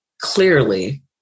clearly